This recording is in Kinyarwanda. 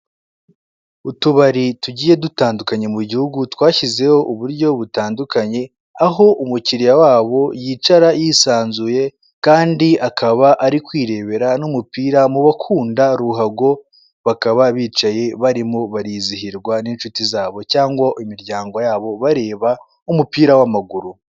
Utubari tugiye dutandukanye mu gihugu twashyizeho uburyo butandukanye, aho umukiriya wabo yicara yisanzuye kandi akaba ari kwirebera n'umupira mu bakunda Ruhago, bakaba bicaye barimo barizihirwa n'inshuti zabo cyangwa imiryango yabo bareba umupira w'amaguru.